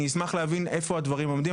שאני אשמח להבין איפה הדברים עומדים,